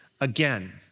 again